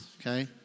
Okay